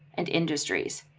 and industries.